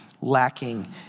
lacking